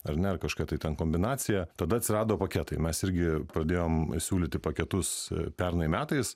ar ne kažkokia tai ten kombinacija tada atsirado paketai mes irgi pradėjom siūlyti paketus pernai metais